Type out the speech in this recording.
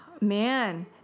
Man